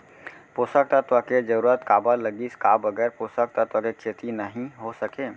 पोसक तत्व के जरूरत काबर लगिस, का बगैर पोसक तत्व के खेती नही हो सके?